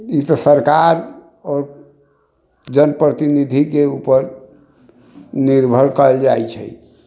ई तऽ सरकार आओर जनप्रतिनिधिके उपर निर्भर कयल जाइ छै